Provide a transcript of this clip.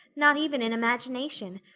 not even in imagination.